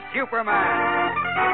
Superman